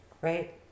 Right